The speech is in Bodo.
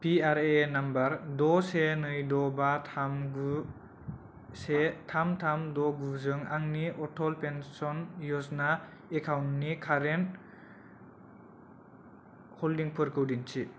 P R A N number द से नै द बा थाम गु से थाम थाम द गु जों आंनि अटल पेन्सन यजना एकाउन्टनि कारेन्ट हल्डिंफोरखौ दिन्थि